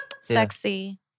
Sexy